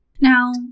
Now